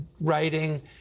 writing